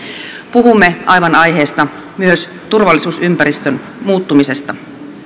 puhumme aivan aiheesta myös turvallisuusympäristön muuttumisesta